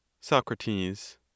Socrates